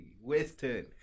Western